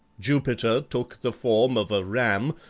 jupiter took the form of a ram,